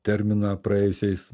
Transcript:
terminą praėjusiais